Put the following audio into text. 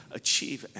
achieve